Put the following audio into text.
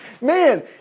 Man